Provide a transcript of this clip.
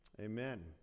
Amen